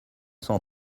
cent